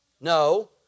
No